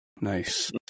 nice